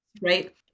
right